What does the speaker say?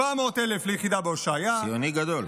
700,000 ליחידה בהושעיה, ציוני גדול.